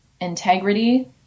integrity